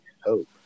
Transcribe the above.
hope